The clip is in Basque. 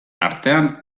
artean